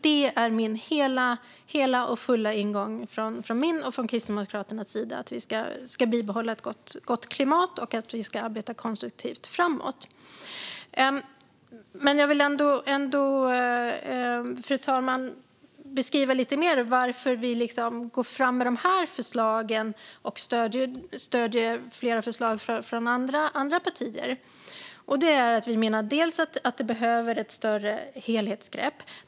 Det är den hela och fulla ingången från min och Kristdemokraternas sida - att vi ska bibehålla ett gott klimat och arbeta konstruktivt framåt. Jag vill dock ändå beskriva lite mer varför vi går fram med de här förslagen och stöder flera förslag från andra partier, fru talman. Vi menar bland annat att det behövs ett större helhetsgrepp.